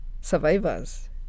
survivors